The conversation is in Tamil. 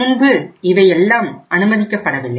முன்பு இவையெல்லாம் அனுமதிக்கப்படவில்லை